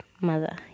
mother